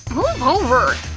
move over!